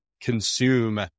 consume